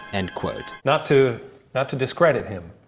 end quote. not to, not to discredit him,